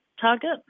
target